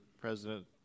President